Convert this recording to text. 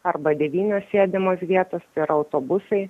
arba devynios sėdimos vietos tai yra autobusai